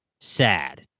Sad